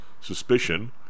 suspicion